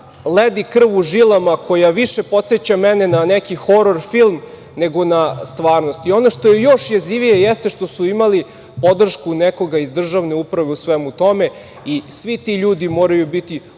ledi krv u žilama, koja više podseća mene na neki horor film, nego na stvarnost. Ono što je još jezivije jeste što su imali podršku nekog iz državne uprave u svemu tome i svi ti ljudi moraju biti